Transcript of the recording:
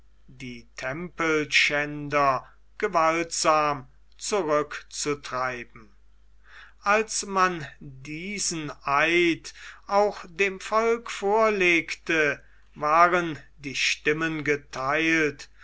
die tempelschänder gewaltsam zurückzutreiben als man diesen eid auch dem volk verlegte waren die stimmen getheilt